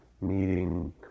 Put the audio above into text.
meeting